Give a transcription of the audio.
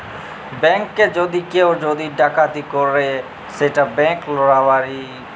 ব্যাংকে যদি কেউ যদি ডাকাতি ক্যরে সেট ব্যাংক রাবারি